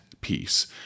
peace